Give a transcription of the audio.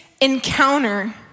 encounter